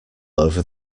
over